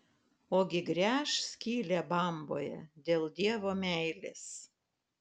ogi gręš skylę bamboje dėl dievo meilės